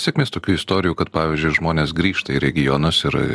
sėkmės tokių istorijų kad pavyzdžiui žmonės grįžta į regionus ir